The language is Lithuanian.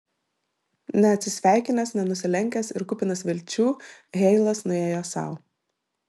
neatsisveikinęs nenusilenkęs ir kupinas vilčių heilas nuėjo sau